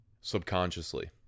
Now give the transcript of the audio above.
Subconsciously